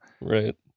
Right